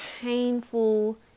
painful